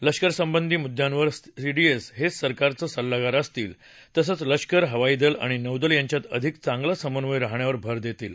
लष्करसंबंधी मुद्यांवर सीडीएस हेच सरकारचं सल्लागार असतील तसंच लष्कर हवाईदल आणि नौदल यांच्यात अधिक चांगला समन्वय राहण्यावर भर देतील